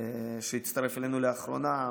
שהצטרף אלינו לאחרונה.